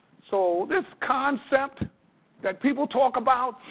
so this concept that people talk about,